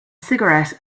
cigarette